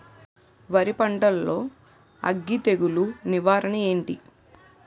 వరి పంటలో అగ్గి తెగులు నివారణ ఏంటి?